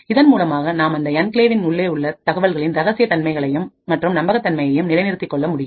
இதன் மூலமாக நாம் அந்த என்கிளேவ் இன் உள்ளே உள்ள தகவல்களின் ரகசிய தன்மையையும் மற்றும் நம்பகத்தன்மையையும் நிலைநிறுத்திக் கொள்ள முடியும்